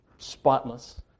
spotless